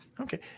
okay